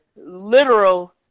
literal